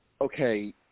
okay